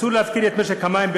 אסור להפקיר את משק המים בכלל.